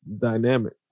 dynamic